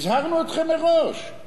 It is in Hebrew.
הזהרנו אתכם מראש.